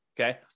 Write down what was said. okay